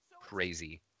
Crazy